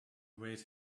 await